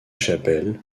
chapelles